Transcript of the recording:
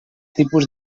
tipus